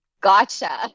Gotcha